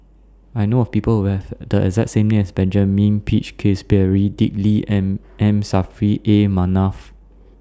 I know of People Who Have The exact same name as Benjamin Peach Keasberry Dick Lee and M Saffri A Manaf